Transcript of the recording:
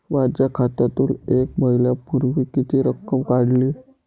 माझ्या खात्यातून एक महिन्यापूर्वी किती रक्कम काढली?